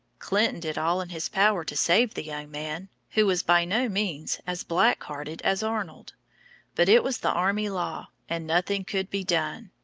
clinton did all in his power to save the young man, who was by no means as black-hearted as arnold but it was the army law, and nothing could be done.